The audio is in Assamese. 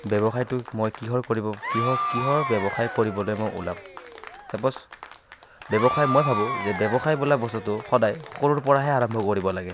ব্যৱসায়টো মই কিহৰ কৰিব কিহৰ কিহৰ ব্যৱসায় কৰিবলৈ মই ওলাম চাপ'জ ব্যৱসায় মই ভাবোঁ যে ব্যৱসায় বোলা বস্তুটো সদায় সৰুৰ পৰাহে আৰম্ভ কৰিব লাগে